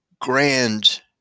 grand